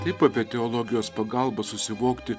taip apie teologijos pagalbą susivokti